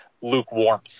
lukewarm